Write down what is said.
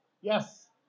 Yes